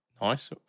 nice